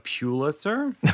Pulitzer